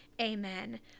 Amen